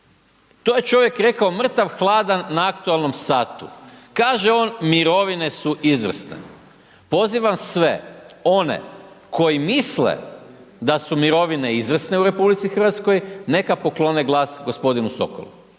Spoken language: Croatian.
To je čovjek rekao mrtav-hladan na aktualnom satu. Kaže on, mirovine su izvrsne. Pozivam sve one koji misle da su mirovine izvrsne u RH, neka poklone glas g. Sokolu.